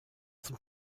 zum